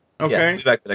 Okay